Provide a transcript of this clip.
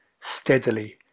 steadily